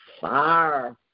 fire